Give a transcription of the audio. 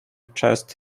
chest